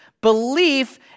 Belief